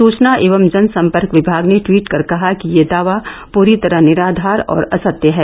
सुचना एवं जनसंपर्क विभाग ने ट्वीट कर कहा कि यह दावा पूरी तरह निराधार और असत्य है